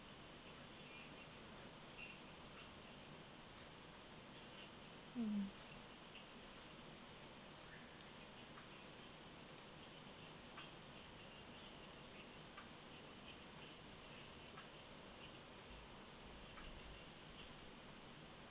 mm